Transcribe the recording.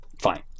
fine